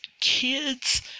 kids